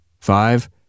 Five